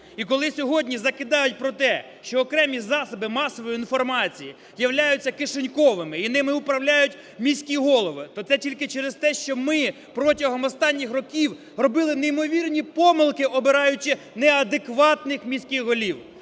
І коли сьогодні закидають про те, що окремі засоби масової інформації являються кишеньковими і ними управляють міські голови, то це тільки через те, що ми протягом останніх років робили неймовірні помилки, обираючи неадекватних міських голів.